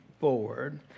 forward